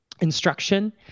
instruction